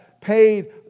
paid